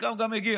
לחלקם גם מגיע,